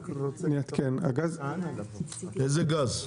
איזה גז?